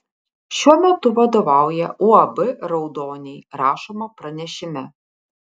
šiuo metu vadovauja uab raudoniai rašoma pranešime